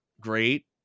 great